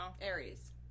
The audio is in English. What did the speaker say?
Aries